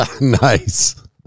nice